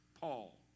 Paul